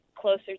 closer